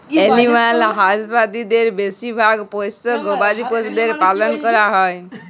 animal হাসবাদরীতে বেশি ভাগ পষ্য গবাদি পশুদের পালল ক্যরাক হ্যয়